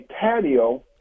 patio